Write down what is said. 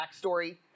backstory